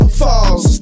falls